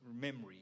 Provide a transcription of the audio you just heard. memory